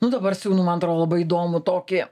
nu dabar siūnu man atrodo labai įdomų tokį